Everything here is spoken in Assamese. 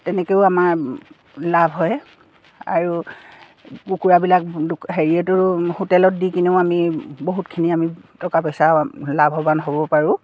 তেনেকেও আমাৰ লাভ হয় আৰু কুকুৰাবিলাক হেৰিয়েটো হোটেলত দি কিনেও আমি বহুতখিনি আমি টকা পইচা লাভৱান হ'ব পাৰোঁ